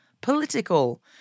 political